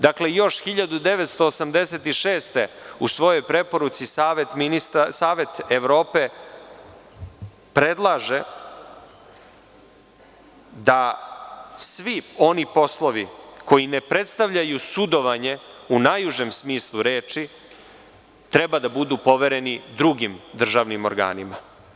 Dakle još 1986. godine u svojoj preporuci Savet Evrope predlaže da svi oni poslovi koji ne predstavljaju sudovanje, u najužem smislu reči, treba da budu povereni drugim državnim organima.